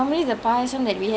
oh okay